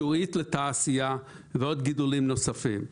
שעועית לתעשייה ועוד גידולים נוספים.